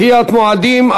דחיית מועדים),